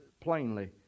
plainly